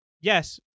yes –